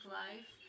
life